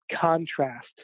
contrast